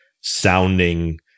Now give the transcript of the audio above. sounding